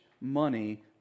money